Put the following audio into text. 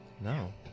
No